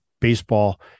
baseball